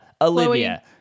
olivia